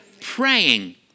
Praying